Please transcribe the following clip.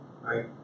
right